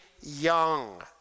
young